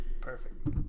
Perfect